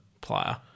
player